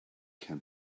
can